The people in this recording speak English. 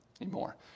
anymore